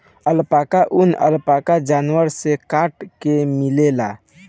alpaca ऊन, alpaca जानवर से काट के मिलेला